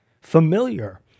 familiar